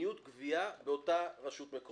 מדיניות גבייה באותה רשות מקומית.